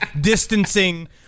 distancing